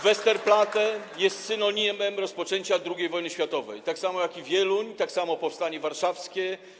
Westerplatte jest synonimem rozpoczęcia II wojny światowej, tak samo jak Wieluń, tak samo jak powstanie warszawskie.